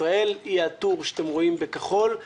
ישראל - היא הטור שאתם רואים בכחול.